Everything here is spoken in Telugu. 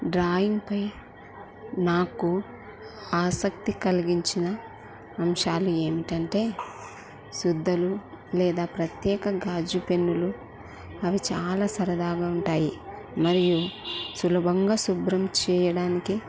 డ్రాయింగ్పై నాకు ఆసక్తి కలిగించిన అంశాలు ఏమిటంటే సుద్ధలు లేదా ప్రత్యేక గాజుప పెన్నులు అవి చాలా సరదాగా ఉంటాయి మరియు సులభంగా శుభ్రం చెయ్యడానికి